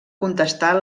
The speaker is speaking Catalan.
contestar